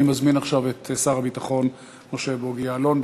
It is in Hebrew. אני מזמין עכשיו את שר הביטחון משה בוגי יעלון.